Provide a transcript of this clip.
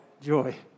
joy